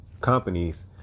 companies